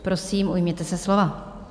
Prosím, ujměte se slova.